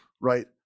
right